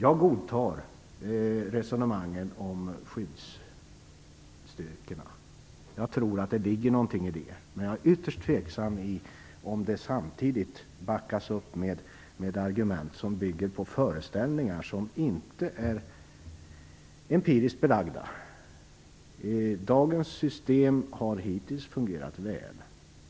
Jag godtar resonemangen om skyddsstyrkorna, och jag tror att det ligger någonting i det. Däremot är jag ytterst tveksam till att det samtidigt backas upp med argument som bygger på föreställningar som inte är empiriskt belagda. Dagens system har fungerat väl hittills.